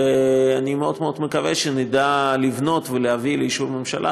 ואני מאוד מאוד מקווה שנדע לבנות ולהביא לאישור הממשלה